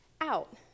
out